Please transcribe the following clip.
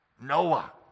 Noah